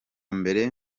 mbere